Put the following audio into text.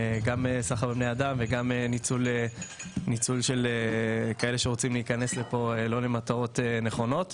גם סחר בבני אדם וגם ניצול של כאלה שרוצים להיכנס לפה לא למטרות נכונות.